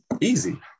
easy